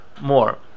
more